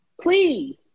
please